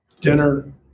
dinner